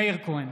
(קורא בשמות חברי הכנסת) מאיר כהן,